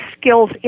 skills